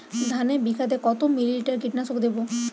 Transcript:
ধানে বিঘাতে কত মিলি লিটার কীটনাশক দেবো?